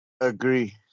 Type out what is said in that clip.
Agree